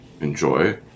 enjoy